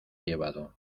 llevado